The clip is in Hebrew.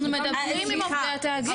--- אבל אנחנו מדברים עם עובדי התאגיד.